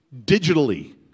digitally